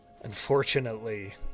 unfortunately